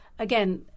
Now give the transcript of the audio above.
Again